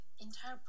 entire